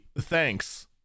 Thanks